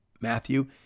Matthew